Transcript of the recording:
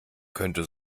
könnte